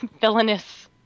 Villainous